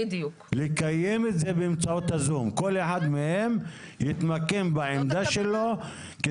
לקיים את זה באמצעות ה-זום כאשר כל אחד מהחברים יתמקם בעמדה שלו.